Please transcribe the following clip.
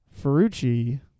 Ferrucci